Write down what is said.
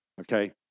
okay